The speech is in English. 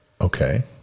okay